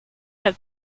had